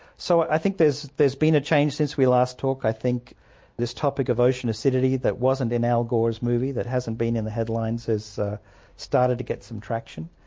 so i think there's there's been a change since we last talked. i think this topic of ocean acidity, which wasn't in al gore's movie, that hasn't been in the headlines, has started to get some traction,